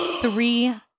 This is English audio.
three